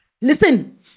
listen